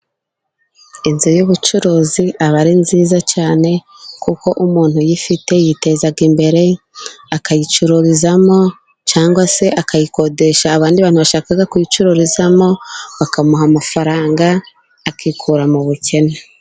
Inzu y'ubucuruzi aba ari nziza cyane kuko umuntu uyifite yiteza imbere; akayicururizamo cyangwa se akayikodesha abandi bantu bashaka kuyicururizamo, bakamuha amafaranga, akikura mu bukene.